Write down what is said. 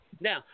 Now